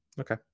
Okay